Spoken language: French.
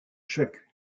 chacune